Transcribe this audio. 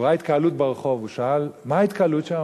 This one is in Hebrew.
הוא ראה התקהלות ברחוב, הוא שאל: מה ההתקהלות שם?